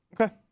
Okay